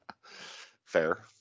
Fair